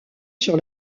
sur